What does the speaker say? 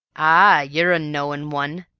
ah, you're a knowin' one,